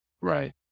Right